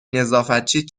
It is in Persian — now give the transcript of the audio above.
نظافتچی